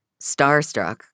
starstruck